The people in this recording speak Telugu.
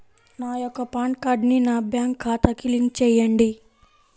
నా యొక్క పాన్ కార్డ్ని నా బ్యాంక్ ఖాతాకి లింక్ చెయ్యండి?